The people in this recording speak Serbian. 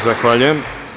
Zahvaljujem.